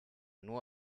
nur